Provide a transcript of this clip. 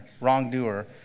wrongdoer